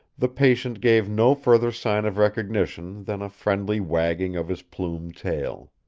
the patient gave no further sign of recognition than a friendly wagging of his plumed tail.